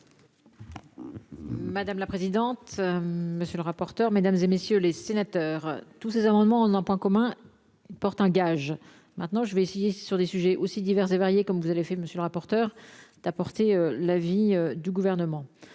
Madame la présidente, monsieur le rapporteur, mesdames et messieurs les sénateurs, tous ces amendements, on en point commun, ils portent un gage, maintenant je vais essayer sur des sujets aussi divers et variés, comme vous avez fait, monsieur le rapporteur, d'apporter l'avis du Gouvernement